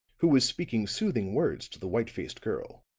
who was speaking soothing words to the white-faced girl,